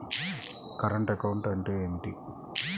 Current account అంటే ఏమిటి?